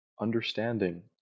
understanding